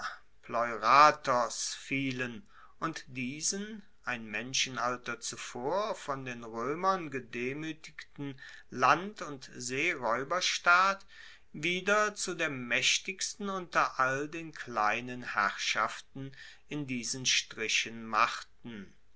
pleuratos fielen und diesen ein menschenalter zuvor von den roemern gedemuetigten land und seeraeuberstaat wieder zu der maechtigsten unter all den kleinen herrschaften in diesen strichen machten